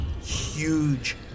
huge